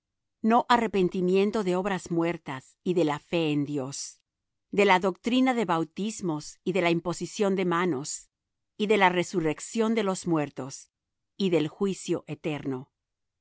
no arrepentimiento de obras muertas y de la fe en dios de la doctrina de bautismos y de la imposición de manos y de la resurrección de los muertos y del juicio eterno